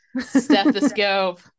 Stethoscope